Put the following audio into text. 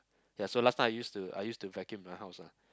ya so last time I used to I used to vacuum the house lah